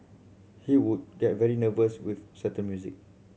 he would get very nervous with certain music